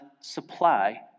supply